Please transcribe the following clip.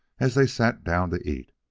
as they sat down to eat.